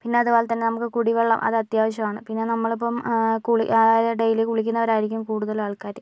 പിന്നതുപോലെ തന്നെ കുടി വെള്ളം അത് അത്യാവശ്യാണ് പിന്നെ നമ്മളിപ്പം കുളി ഡെയിലി കുളിക്കുന്നവരായിരിക്കും കൂടുതല് ആൾക്കാര്